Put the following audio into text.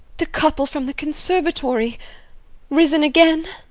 the couple from the conservatory risen again!